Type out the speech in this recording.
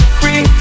free